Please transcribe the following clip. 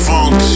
Funk